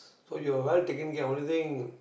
so you're well taken care only thing